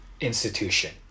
institution